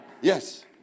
Yes